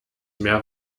mehr